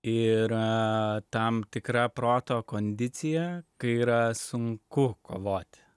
yra tam tikra proto kondicija kai yra sunku kovoti